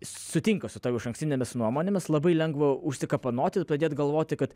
sutinka su tavo išankstinėmis nuomonėmis labai lengva užsikapanoti ir pradėti galvoti kad